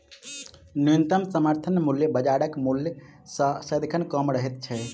न्यूनतम समर्थन मूल्य बाजारक मूल्य सॅ सदिखन कम रहैत छै